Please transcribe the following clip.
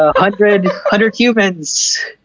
ah hundred hundred humans,